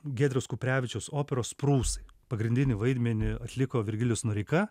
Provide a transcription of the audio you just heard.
giedriaus kuprevičiaus operos prūsai pagrindinį vaidmenį atliko virgilijus noreika